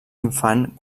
infant